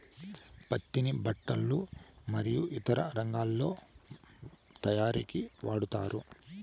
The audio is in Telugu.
పత్తిని బట్టలు మరియు ఇతర రంగాలలో తయారీకి వాడతారు